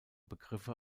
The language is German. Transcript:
begriffe